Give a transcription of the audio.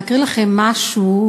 להקריא לכם משהו,